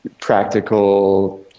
practical